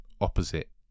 opposite